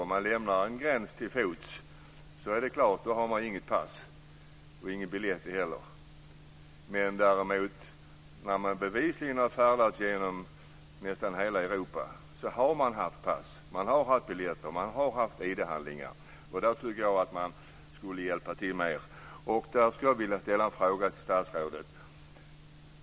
Om man lämnar en gräns till fots är det klart att man inte har något pass eller någon biljett. Men när man bevisligen har färdats genom nästan hela Europa har man haft pass. Man har haft biljetter. Man har haft ID-handlingar. Då tycker jag att man skulle hjälpa till mer. Jag skulle vilja ställa en fråga till statsrådet.